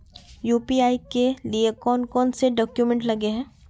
UPI के लिए कौन कौन से डॉक्यूमेंट लगे है?